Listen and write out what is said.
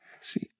See